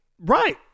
Right